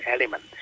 element